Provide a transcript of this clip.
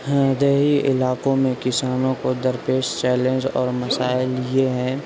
ہاں دیہی علاقوں میں کسانوں کو درپیش چیلنج اور مسائل یہ ہیں